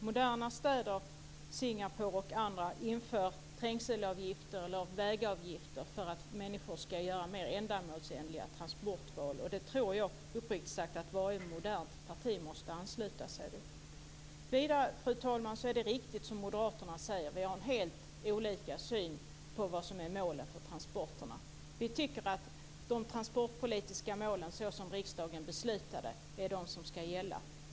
Moderna städer, t.ex. Singapore, inför trängselavgifter och vägavgifter för att människor ska göra mer ändamålsenliga transportval. Jag tror att varje modernt parti måste ansluta sig till detta. Fru talman! Det är riktigt som moderaterna säger, nämligen att vi har helt olika syn på målet för transporterna. Vi tycker att de transportpolitiska mål som riksdagen har fattat beslut om ska gälla.